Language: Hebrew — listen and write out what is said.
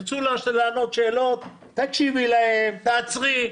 ירצו לשאול שאלות, תקשיבי להם, תעצרי.